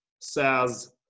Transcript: says